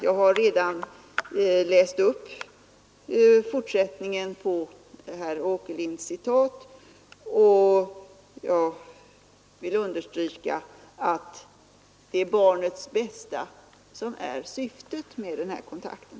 Jag har redan läst upp fortsättningen på herr Åkerlinds citat, och jag vill understryka att det är barnets bästa som är syftet med den här kontakten.